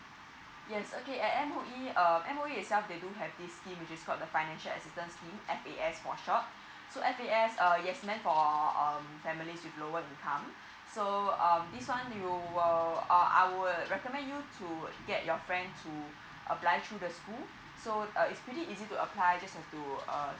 yes okay at M_O_E uh M_O_E itself they do have this scheme which is called the financial assistance scheme F_A_S for short so F_A_S uh yes main for um family with lower income so um this one you will uh I will recommend you to get your friend to apply through the school so uh it's pretty easy to apply just have to uh